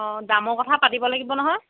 অ দামৰ কথা পাতিব লাগিব নহয়